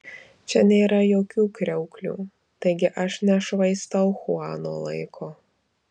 čia nėra jokių kriauklių taigi aš nešvaistau chuano laiko